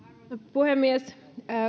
puhemies